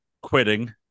quitting